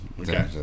Okay